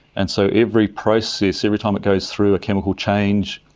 and so every process, every time it goes through a chemical change,